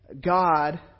God